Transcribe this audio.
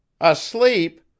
Asleep